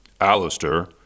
Alistair